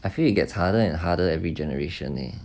I feel it gets harder and harder every generation leh